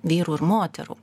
vyrų ir moterų